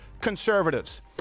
conservatives